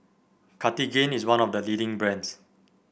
Cartigain is one of the leading brands